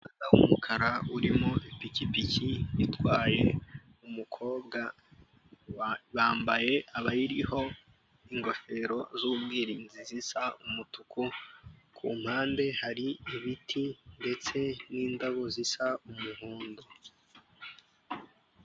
Umuhanda urimo ipikipiki itwaye umukobwa, bambaye abayiho ingofero z'ubwirinzi zisa umutuku; ku mpande hari ibiti ndetse n'indabo zisa umuhondo.